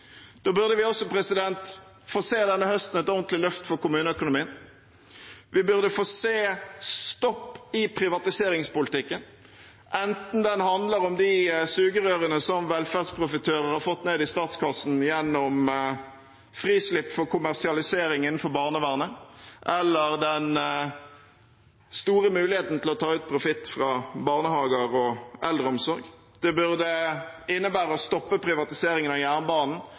Da burde vi denne høsten også få se et ordentlig løft for kommuneøkonomien. Vi burde få se en stopp i privatiseringspolitikken, enten den handler om de sugerørene som velferdsprofitører har fått ned i statskassen gjennom frislipp for kommersialisering innenfor barnevernet, eller den handler om den store muligheten til å ta ut profitt fra barnehager og eldreomsorg. Det burde innebære å stoppe privatiseringen av jernbanen